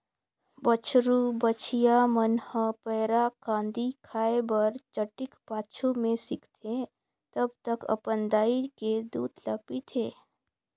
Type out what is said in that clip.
बछरु बछिया मन ह पैरा, कांदी खाए बर चटिक पाछू में सीखथे तब तक अपन दाई के दूद ल पीथे